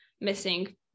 missing